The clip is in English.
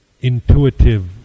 intuitive